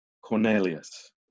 Cornelius